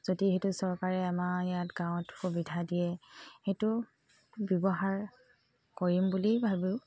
যদি সেইটো চৰকাৰে আমাৰ ইয়াত গাঁৱত সুবিধা দিয়ে সেইটো ব্যৱহাৰ কৰিম বুলি ভাবোঁ